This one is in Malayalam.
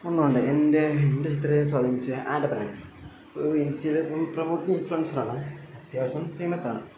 ഒന്നുണ്ട് എൻ്റെ എൻ്റെ അത്ര സ്വാധീനിച്ച ആൻറ്റപ്പൻ ആട്ട്സ് ഇൻസ്റ്റയിലെ ഒരു പ്രമുഖ ഇൻഫ്ലുവൻസർ ആണ് അത്യാവശ്യം ഫേമസ് ആണ്